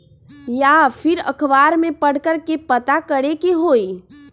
या फिर अखबार में पढ़कर के पता करे के होई?